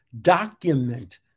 document